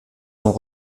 sont